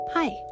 Hi